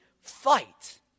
fight